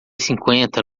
cinquenta